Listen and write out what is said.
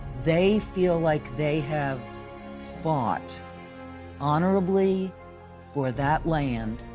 they feel like they have fought honorably for that land,